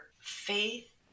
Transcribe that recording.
faith